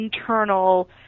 internal